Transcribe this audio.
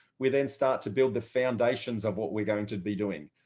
we then start to build the foundations of what we're going to be doing.